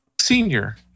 senior